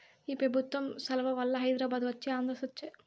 ఈ పెబుత్వం సలవవల్ల హైదరాబాదు వచ్చే ఆంధ్ర సచ్చె